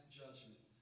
judgment